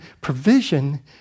provision